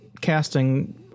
casting